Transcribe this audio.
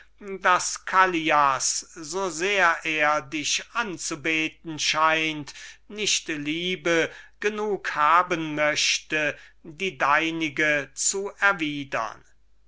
daß callias so sehr er dich anzubeten scheint nicht liebe genug haben möchte die deinige zu erwidern